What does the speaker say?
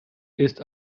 ist